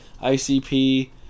ICP